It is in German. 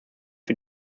für